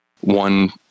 one